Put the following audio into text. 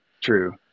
true